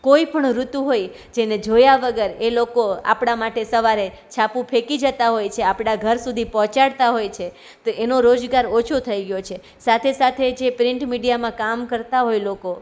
કોઈપણ ઋતુ હોય જેને જોયા વગર એ લોકો આપણા માટે સવારે છાપુ ફેકી જતાં હોય છે આપણા ઘર સુધી પહોંચાડતા હોય છે તો એનો રોજગાર ઓછો થઈ ગયો છે સાથે સાથે જે પ્રિન્ટ મીડિયામાં કામ કરતાં હોય લોકો